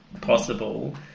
possible